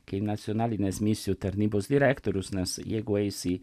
kai nacionalinės misijų tarnybos direktorius nes jeigu eisi